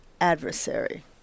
adversary